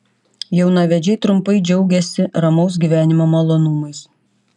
jaunavedžiai trumpai džiaugiasi ramaus gyvenimo malonumais